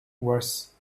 was